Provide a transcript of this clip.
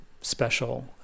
special